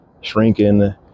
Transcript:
shrinking